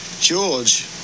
George